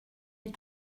est